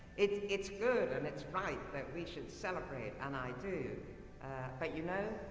it's it's good, and it's right that we should celebrate, and i do. but you know,